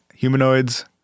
Humanoids